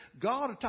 God